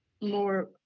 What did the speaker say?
more